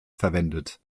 verwendet